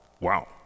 Wow